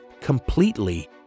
completely